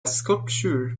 sculpture